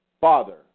Father